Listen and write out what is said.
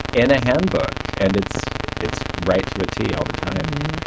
in a handbook and it's it's right to a tee all the time.